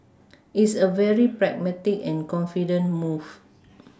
it's a very pragmatic and confident move